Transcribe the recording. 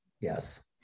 Yes